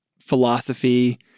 philosophy